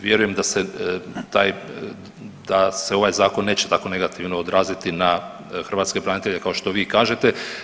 Vjerujem da se taj, da se ovaj Zakon neće tako negativno odraziti na hrvatske branitelje, kao što vi kažete.